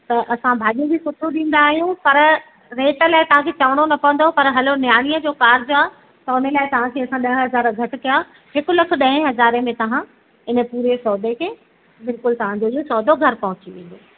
त असां भाॼी बि सुठो ॾींदा आहियूं पर रेट लाइ तव्हांखे चवणो न पवंदो पर हलो न्याणीअ जो कार्ज आहे त हुन लाइ तव्हांखे ॾह हज़ार घटि कया हिकु लख ॾह हज़ार में तव्हां इहे पूरे सौदे खे बिल्कुलु तव्हांजो सौदो घरु पहुची वेंदो